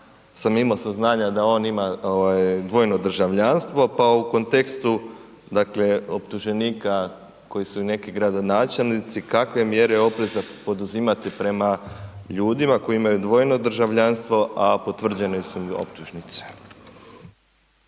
sam imao saznanja da on ima dvojno državljanstvo, pa u kontekstu dakle optuženika koji su i neki gradonačelnici, kakve mjere opreza poduzimate prema ljudima koji imaju dvojno državljanstvo a potvrđene su im optužnice?